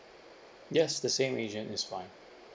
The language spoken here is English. yes the same agent is fine